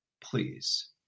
Please